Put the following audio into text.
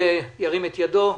ירים את ידו?